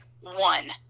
one